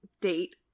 date